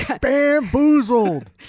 bamboozled